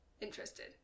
interested